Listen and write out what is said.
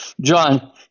John